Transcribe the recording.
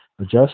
adjust